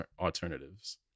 alternatives